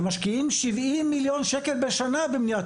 הם משקיעים 70 מיליון שקל בשנה במניעת